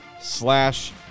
slash